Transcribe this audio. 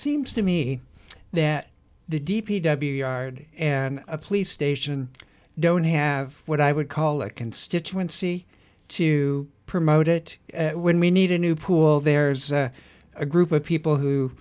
seems to me that the d p w yard and a police station don't have what i would call a constituency to promote it when we need a new pool there's a group of people who